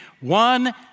one